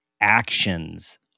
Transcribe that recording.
actions